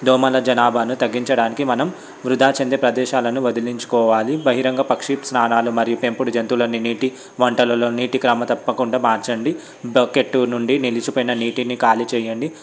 దోమల జనాభాని తగ్గించడానికి మనం వృధా చెందే ప్రదేశాలను వదిలించుకోవాలి బహిరంగ పక్షి స్నానాలు మరియు పెంపుడు జంతువులన్నీ నీటి వంటలలో నీటి క్రమ తప్పకుండా మార్చండి బకెట్ నుండి నిలిచిపోయిన నీటిని ఖాళీ చేయండి